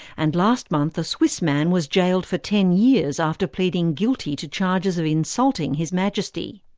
and last month a swiss man was jailed for ten years after pleading guilty to charges of insulting his majesty.